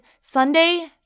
Sunday